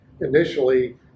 initially